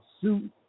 suit